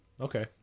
Okay